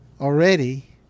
already